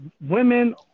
women